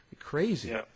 crazy